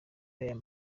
aya